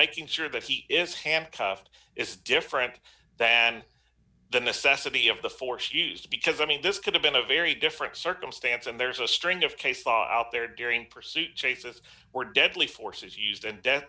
making sure that he is handcuffed is different than the necessity of the force used because i mean this could have been a very different circumstance and there's a string of case law out there during pursuit chases or deadly force is used and de